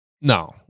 No